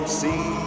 see